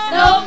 no